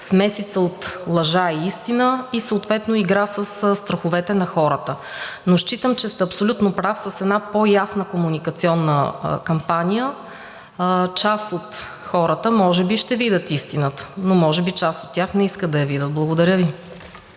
смесица от лъжа и истина, и съответно игра със страховете на хората. Считам, че сте абсолютно прав – с една по-ясна комуникационна кампания част от хората може би ще видят истината, но може би част от тях не искат да я видят. Благодаря Ви.